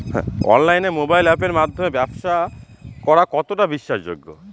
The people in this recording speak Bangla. অনলাইনে মোবাইল আপের মাধ্যমে ব্যাবসা করা কতটা বিশ্বাসযোগ্য?